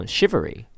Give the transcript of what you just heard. Shivery